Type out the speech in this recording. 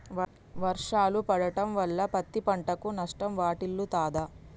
వర్షాలు పడటం వల్ల పత్తి పంటకు నష్టం వాటిల్లుతదా?